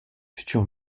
futur